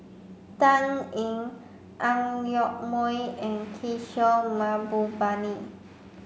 Dan Ying Ang Yoke Mooi and Kishore Mahbubani